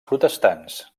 protestants